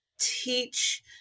teach